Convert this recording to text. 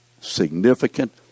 significant